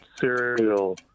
Cereal